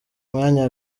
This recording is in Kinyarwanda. mwanya